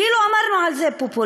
כאילו אמרנו על זה פופוליזם,